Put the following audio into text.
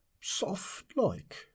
soft-like